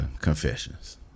Confessions